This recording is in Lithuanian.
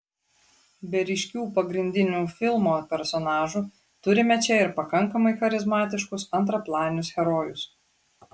be ryškių pagrindinių filmo personažų turime čia ir pakankamai charizmatiškus antraplanius herojus